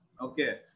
okay